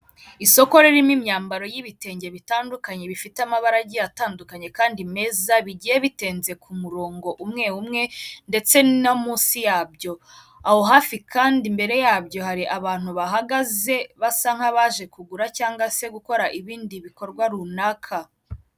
Isoko ririmo imyambaro y'ibitenge bitandukanye bifite amabaragi atandukanye kandi meza bigiye biteze ku murongo umwe umwe ndetse no munsi yabyo, aho hafi kandi imbere yabyo hari abantu bahagaze basa nk'abaje kugura cyangwa se gukora ibindi bikorwa runaka.